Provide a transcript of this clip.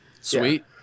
Sweet